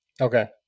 okay